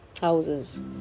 houses